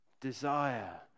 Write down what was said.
desire